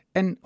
en